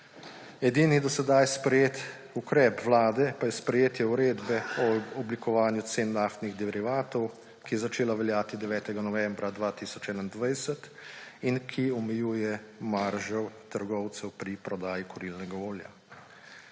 Edini do sedaj sprejet ukrep vlade pa je sprejetje Uredbe o oblikovanju cen naftnih derivatov, ki je začela veljati 9. novembra 2021 in ki omejuje maržo trgovcev pri prodaji kurilnega olja.